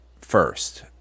first